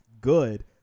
good